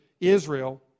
Israel